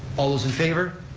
all those in favor?